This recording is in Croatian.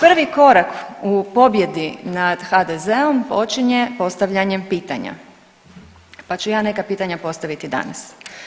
Prvi korak u pobjedi nad HDZ-om počinje postavljanjem pitanja, pa ću ja neka pitanja postaviti danas.